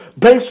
based